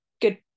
good